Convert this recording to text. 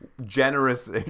generous